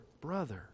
brother